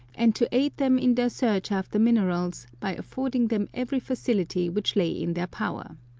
and to aid them in their search after minerals by affording them every facility which lay in their power.